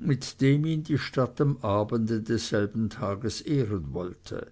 mit dem ihn die stadt am abende desselben tages ehren wollte